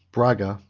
braga,